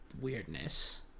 weirdness